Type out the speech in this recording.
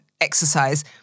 exercise